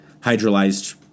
hydrolyzed